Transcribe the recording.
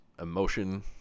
emotion